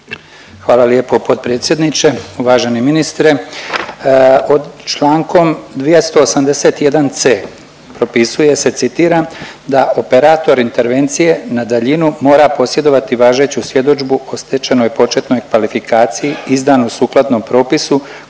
Hvala lijepo potpredsjedniče. Uvaženi ministre, pod člankom 281.c propisuje se citiram da operator intervencije na daljinu mora posjedovati važeću svjedodžbu o stečenoj početnoj kvalifikaciji izdanu sukladno propisu